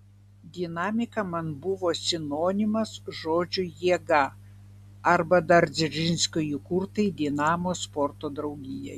dinamika man buvo sinonimas žodžiui jėga arba dar dzeržinskio įkurtai dinamo sporto draugijai